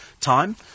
time